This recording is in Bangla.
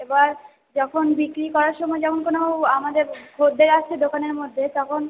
এবার যখন বিক্রি করার সময় যখন কোনো আমাদের খদ্দের আসে দোকানের মধ্যে তখন